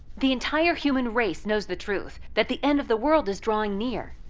the entire human race knows the truth that the end of the world is drawing near.